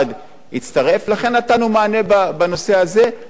לכן, נתנו מענה בנושא הזה על-ידי תלושים.